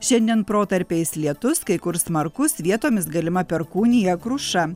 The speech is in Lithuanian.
šiandien protarpiais lietus kai kur smarkus vietomis galima perkūnija kruša